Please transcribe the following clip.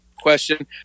question